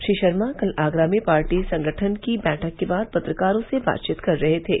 श्री शर्मा कल आगरा में पार्टी संगठन की बैठक के बाद पत्रकारों से वार्ता कर रहे थे